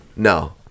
No